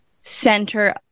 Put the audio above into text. center